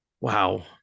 Wow